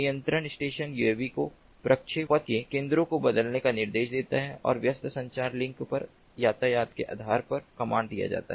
नियंत्रण station UAV को प्रक्षेप पथ के केंद्रों को बदलने का निर्देश देता है और व्यस्त संचार लिंक पर यातायात के आधार पर कमांड दिया जाता है